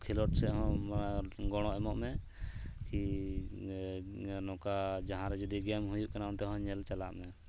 ᱠᱷᱮᱞᱳᱰ ᱥᱮᱫ ᱦᱚᱸ ᱟᱨ ᱜᱚᱲᱚ ᱮᱢᱚᱜ ᱢᱮ ᱠᱤ ᱱᱚᱝᱠᱟ ᱡᱟᱦᱟᱸᱨᱮ ᱡᱩᱫᱤ ᱜᱮᱢ ᱦᱩᱭᱩᱜ ᱠᱟᱱᱟ ᱚᱱᱛᱮ ᱦᱚᱸ ᱧᱮᱞ ᱪᱟᱞᱟᱜ ᱢᱮ